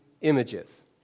images